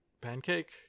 Pancake